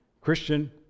Christian